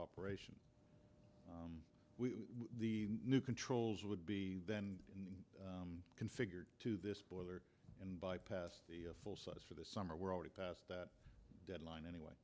operation we the new controls would be then in configured to this boiler and bypass the full size for the summer we're already past that deadline anyway